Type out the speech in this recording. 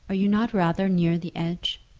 are you not rather near the edge?